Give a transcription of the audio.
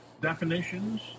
definitions